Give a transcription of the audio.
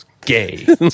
Gay